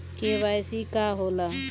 KYC का होला?